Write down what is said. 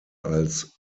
als